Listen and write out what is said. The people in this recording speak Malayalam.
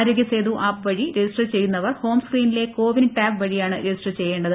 ആരോഗ്യ സേതു ആപ്പ് വഴി രജിസ്റ്റർ ചെയ്യുന്നവർ ഹോം സ്ക്രീനിലെ കോ വിൻ ടാബ് വഴിയാണ് രജിസ്റ്റർ ചെയ്യേണ്ടത്